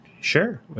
sure